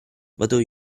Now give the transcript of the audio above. vado